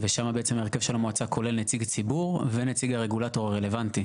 בעצם הרכב המועצה כולל נציג הציבור ונציג הרגולטור הרלוונטי,